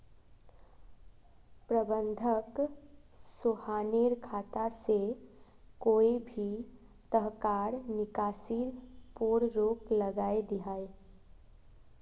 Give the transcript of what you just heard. प्रबंधक सोहानेर खाता से कोए भी तरह्कार निकासीर पोर रोक लगायें दियाहा